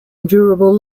endurable